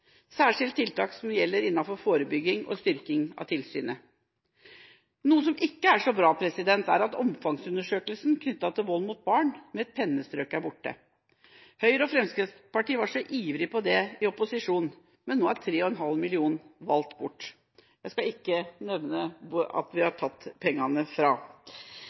særskilt tiltak som gjelder innenfor forebygging og styrking av tilsynet. Noe som ikke er så bra, er at omfangsundersøkelsen knyttet til vold mot barn, med et pennestrøk er borte. Høyre og Fremskrittspartiet var så ivrige på det i opposisjon, men nå er 3,5 mill. kr valgt bort – de pengene skal